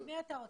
את מי אתה רוצה,